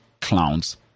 clowns